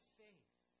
faith